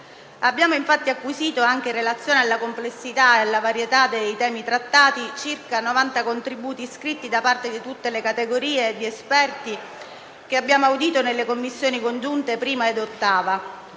Abbiamo infatti acquisito, anche in relazione alla complessità e alla varietà dei temi trattati, circa 90 contributi scritti da parte di tutte le categorie di esperti, che abbiamo audito nelle Commissioni congiunte 1a ed 8a,